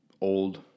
old